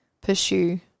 pursue